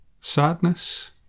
Sadness